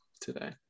today